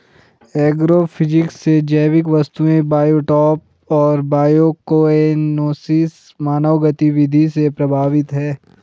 agrophysics से जैविक वस्तुएं बायोटॉप और बायोकोएनोसिस मानव गतिविधि से प्रभावित हैं